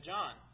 John